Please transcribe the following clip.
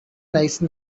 nice